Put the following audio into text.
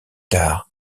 tard